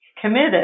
committed